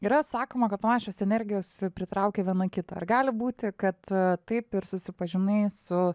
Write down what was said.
yra sakoma kad panašios energijos pritraukia viena kitą ar gali būti kad taip ir susipažinai su